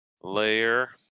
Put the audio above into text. layer